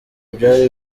byari